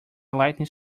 lightning